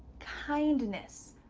kindness,